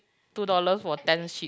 two dollar for ten sheet